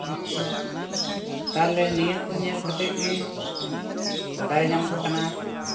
ᱛᱟᱦᱞᱮ ᱱᱤᱭᱟᱹ ᱠᱚ ᱧᱮᱞ ᱠᱟᱛᱮ ᱜᱮ ᱵᱟᱰᱟᱭ ᱧᱟᱢᱚᱜ ᱠᱟᱱᱟ